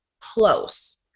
close